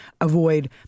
avoid